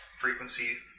Frequency